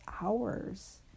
hours